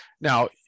Now